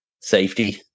safety